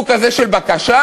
סוג כזה של בקשה?